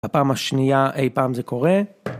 הפעם השנייה אי פעם זה קורה.